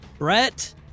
Brett